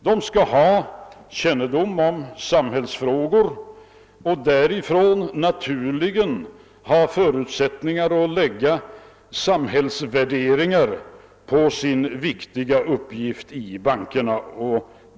De skall ha kännedom om sambhällsfrågor och därigenom förvärvat förutsättningar att lägga samhällsvärderingar på sin viktiga uppgift i bankerna.